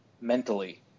mentally